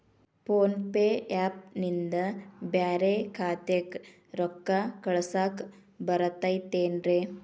Phone pay app ನಿಂದ ಬ್ಯಾರೆ ಖಾತೆಕ್ ರೊಕ್ಕಾ ಕಳಸಾಕ್ ಬರತೈತೇನ್ರೇ?